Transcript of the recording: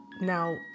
Now